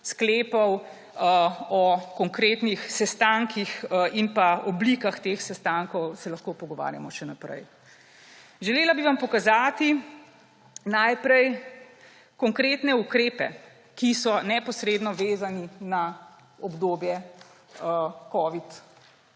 sklepov, o konkretnih sestankih in oblikah teh sestankov se lahko pogovarjamo še naprej. Najprej bi vam želela pokazati konkretne ukrepe, ki so neposredno vezani na obdobje covid